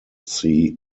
sea